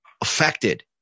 affected